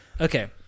Okay